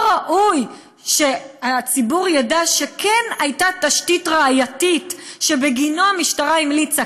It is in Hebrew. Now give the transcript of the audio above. לא ראוי שהציבור ידע שכן הייתה תשתית ראייתית שבגינה המשטרה המליצה,